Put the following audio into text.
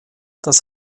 das